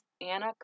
Anna